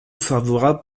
favorable